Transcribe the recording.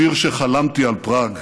שיר שחלמתי על פראג.